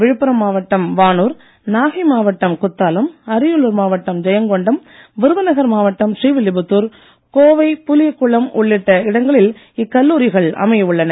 விழுப்புரம் மாவட்டம் வானூர் நாகை மாவட்டம் குத்தாலம் அரியலூர் மாவட்டம் ஜெயங்கொண்டம் விருதுநகர் மாவட்டம் ஸ்ரீவில்லிபுத்தூர் கோவை புலியகுளம் உள்ளிட்ட இடங்களில் இக்கல்லூரிகள் அமைய உள்ளன